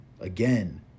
Again